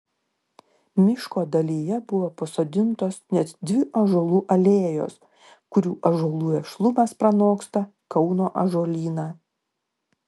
miško dalyje buvo pasodintos net dvi ąžuolų alėjos kurių ąžuolų vešlumas pranoksta kauno ąžuolyną